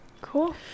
Cool